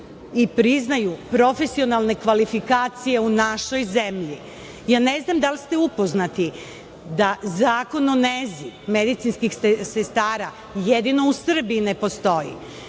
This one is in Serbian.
i priznaju profesionalne kvalifikacije u našoj zemlji. Ne znam da li ste upoznati da Zakon o nezi medicinskih sestara jedino u Srbiji ne postoji.